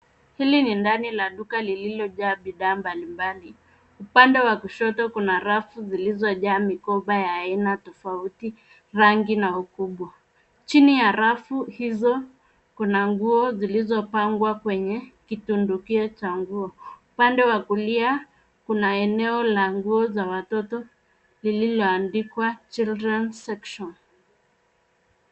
Hili ni ndani la duka lililojaa bidhaa mbalimbali. Upande wa kushoto kuna rafu zilizojaa mikoba ya aina tofauti, rangi na ukubwa. Chini ya rafu hizo, kuna nguo zilizopangwa kwenye kitundukio cha nguo. Upande wa kulia, kuna eneo la nguo za watoto lililoandikwa, children section.